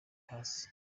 hasi